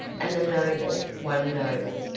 and the noble one noble,